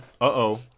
uh-oh